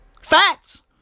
Facts